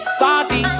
salty